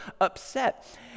upset